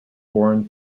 born